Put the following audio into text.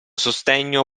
sostegno